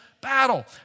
battle